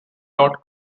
dot